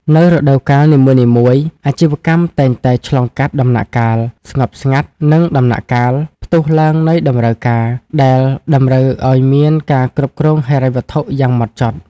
នៅក្នុងរដូវកាលនីមួយៗ អាជីវកម្មតែងតែឆ្លងកាត់ដំណាក់កាល "ស្ងប់ស្ងាត់" និងដំណាក់កាល "ផ្ទុះឡើងនៃតម្រូវការ" ដែលតម្រូវឱ្យមានការគ្រប់គ្រងហិរញ្ញវត្ថុយ៉ាងហ្មត់ចត់។